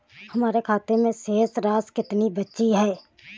हमारे खाते में शेष राशि कितनी बची है?